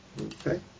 Okay